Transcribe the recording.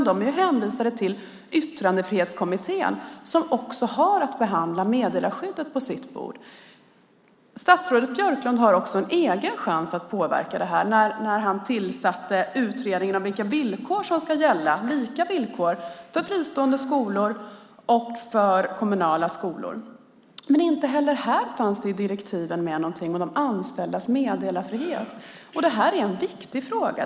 De är hänvisade till Yttrandefrihetskommittén som också har på sitt bord att behandla meddelarskyddet. Statsrådet Björklund har en egen chans att påverka det här. Han tillsatte utredningen om vilka villkor som ska gälla - lika villkor för fristående skolor och kommunala skolor. Men inte heller där fanns det i direktiven med något om de anställdas meddelarfrihet. Det är en viktig fråga.